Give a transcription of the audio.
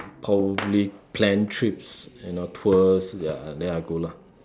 probably planned trips you know tours ya then I go lah